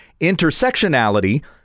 intersectionality